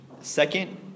second